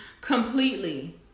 completely